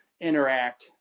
interact